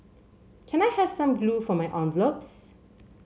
can I have some glue for my envelopes